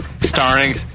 starring